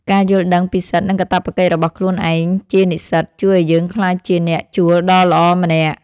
ការយល់ដឹងពីសិទ្ធិនិងកាតព្វកិច្ចរបស់ខ្លួនឯងជានិស្សិតជួយឱ្យយើងក្លាយជាអ្នកជួលដ៏ល្អម្នាក់។